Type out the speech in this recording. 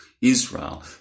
Israel